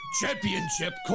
Championship